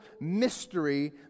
mystery